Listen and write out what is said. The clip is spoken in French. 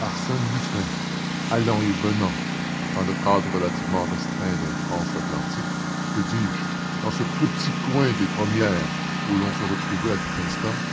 arsène lupin allant et venant dans le cadre relativement restreint d'un transatlantique que dis-je dans ce petit coin des premières où l'on se retrouvait à tout instant